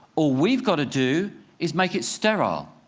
all we've go to do is make it sterile.